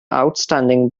outstanding